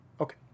okay